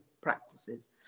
practices